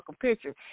picture